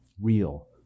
real